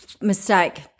mistake